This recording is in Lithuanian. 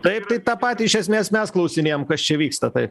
taip tai tą patį iš esmės mes klausinėjam kas čia vyksta taip